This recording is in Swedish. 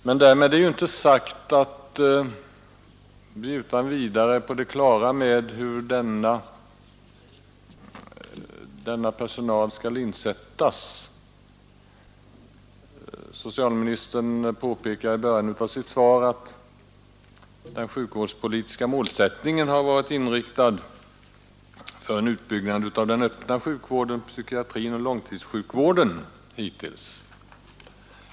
Men därmed är inte sagt att vi utan vidare är på det klara med hur denna personal skall insättas. Socialministern påpekar i början av sitt svar att den sjukvårdspolitiska målsättningen hittills varit inriktad på en utbyggnad av den öppna sjukvården, psykiatrin och långtidssjukvården.